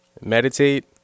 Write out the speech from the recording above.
meditate